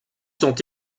sont